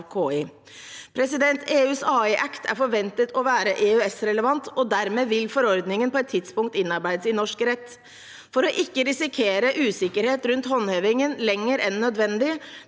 av KI. EUs AI Act er forventet å være EØS-relevant, og dermed vil forordningen på et tidspunkt innarbeides i norsk rett. For ikke å risikere usikkerhet rundt håndhevingen lenger enn nødvendig